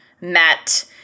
met